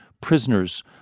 prisoners